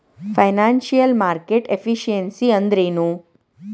Financial market efficiency ಅಂದ್ರೇನು?